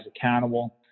accountable